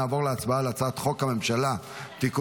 נעבור להצבעה על הצעת חוק הממשלה (תיקון